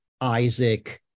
Isaac